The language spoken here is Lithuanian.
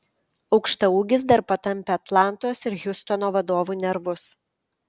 aukštaūgis dar patampė atlantos ir hjustono vadovų nervus